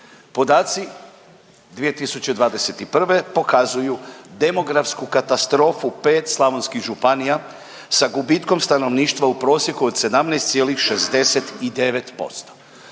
Podaci 2021. pokazuju demografsku katastrofu 5 slavonskih županija sa gubitkom stanovništva u prosjeku od 17,69%.